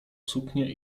suknie